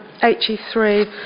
HE3